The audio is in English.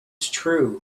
true